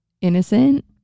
innocent